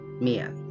Mia